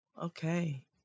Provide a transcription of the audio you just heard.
okay